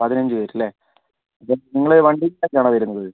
പതിനഞ്ച് പേർ അല്ലേ നിങ്ങൾ വണ്ടിയിൽ തന്നെയാണോ വരുന്നത്